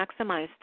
maximized